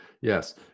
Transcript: Yes